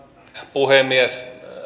puhemies